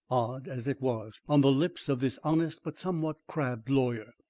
odd as it was, on the lips of this honest but somewhat crabbed lawyer,